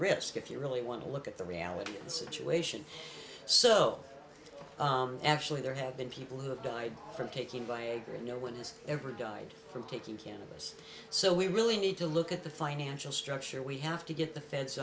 risk if you really want to look at the reality of the situation so actually there have been people who have died from taking by a group no one has ever died from taking cannabis so we really need to look at the financial structure we have to get the feds